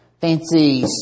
fancy